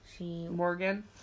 Morgan